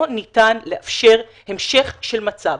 לא ניתן לאפשר המשך של מצב,